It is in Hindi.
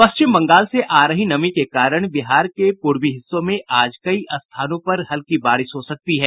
पश्चिम बंगाल से आ रही नमी के कारण बिहार के पूर्वी हिस्सों में आज कई स्थानों पर हल्की बारिश हो सकती है